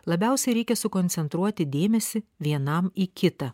labiausiai reikia sukoncentruoti dėmesį vienam į kitą